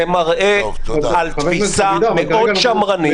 זה מראה על תפיסה מאוד שמרנית.